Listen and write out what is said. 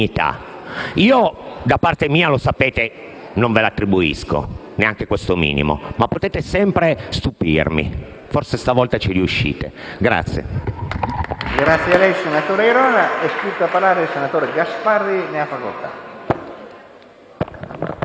Da parte mia - lo sapete - non ve l'attribuisco, neanche questo minimo, ma potete sempre stupirmi. Forse questa volta ci riuscite.